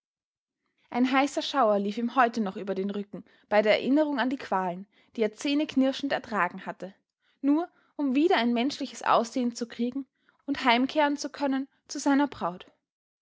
ein heißer schauer lief ihm heute noch über den rücken bei der erinnerung an die qualen die er zähneknirschend ertragen hatte nur um wieder ein menschliches aussehen zu kriegen und heimkehren zu können zu seiner braut